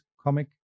comic